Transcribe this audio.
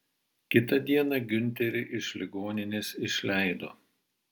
kitą dieną giunterį iš ligoninės išleido